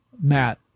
Matt